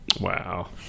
Wow